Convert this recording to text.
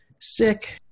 sick